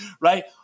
right